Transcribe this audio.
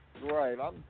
Right